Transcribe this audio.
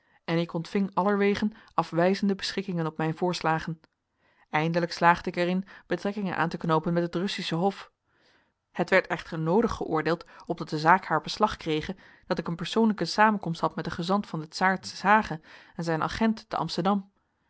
en ik ontving allerwegen afwijzende beschikkingen op mijn voorslagen eindelijk slaagde ik er in betrekkingen aan te knoopen met het russische hof het werd echter noodig geoordeeld opdat de zaak haar beslag krege dat ik een persoonlijke samenkomst had met den gezant van den czaar te s hage en zijn agent te amsterdam